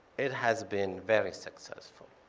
it has been very successful.